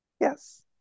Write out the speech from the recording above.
Yes